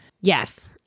Yes